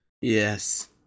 Yes